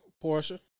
Portia